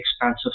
expensive